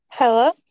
Hello